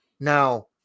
Now